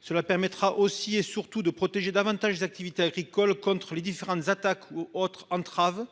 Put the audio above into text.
Cela permettra aussi et surtout de protéger davantage les activités agricoles contre les différentes attaques ou autres entraves